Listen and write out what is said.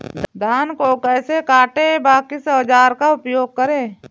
धान को कैसे काटे व किस औजार का उपयोग करें?